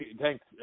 thanks